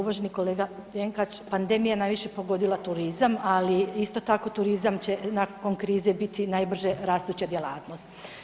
Uvaženi kolega Jenkač, pandemija je najviše pogodila turizam, ali isto tako turizam će nakon krize biti najbrže rastuća djelatnost.